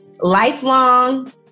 lifelong